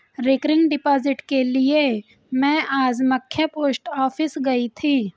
recurring deposit के लिए में आज मख्य पोस्ट ऑफिस गयी थी